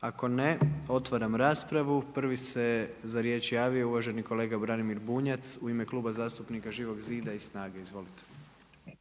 Ako ne, otvaram raspravu. Prvi se za riječ javio uvaženi kolega Branimir Bunjac u ime Kluba zastupnika Živog zida i SNAGA-e.